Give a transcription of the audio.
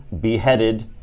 beheaded